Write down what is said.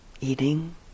eating